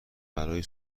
برای